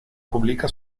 publica